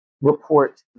report